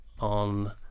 on